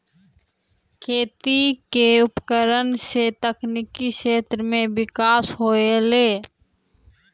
खेती क उपकरण सें तकनीकी क्षेत्र में बिकास होलय